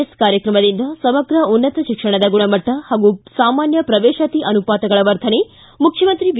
S ಕಾರ್ಯಕ್ರಮದಿಂದ ಸಮಗ್ರ ಉನ್ನತ ಶಿಕ್ಷಣದ ಗುಣಮಟ್ಟ ಹಾಗೂ ಸಾಮಾನ್ವ ಪ್ರವೇಶಾತಿ ಅನುಪಾತಗಳ ವರ್ಧನೆ ಮುಖ್ಚಮಂತ್ರಿ ಬಿ